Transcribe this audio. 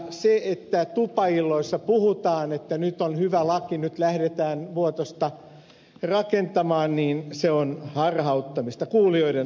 se että tupailloissa puhutaan että nyt on hyvä laki nyt lähdetään vuotosta rakentamaan on kuulijoiden harhauttamista